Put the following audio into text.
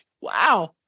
Wow